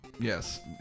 Yes